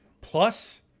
plus